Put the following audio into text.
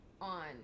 On